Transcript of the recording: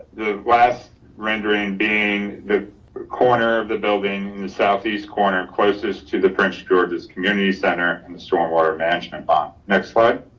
the last rendering being the corner of the building in the southeast corner, closest to the prince george's community center and the stormwater management bond. next slide.